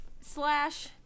Slash